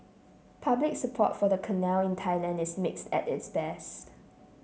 public support for the canal in Thailand is mixed at this best